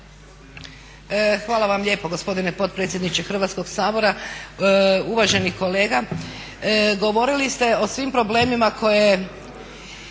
Hvala vam lijepo gospodine potpredsjedniče Hrvatskog sabora. Uvaženi kolega, govorili ste o svim problemima koje